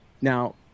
Now